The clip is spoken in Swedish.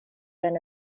den